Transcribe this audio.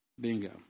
Bingo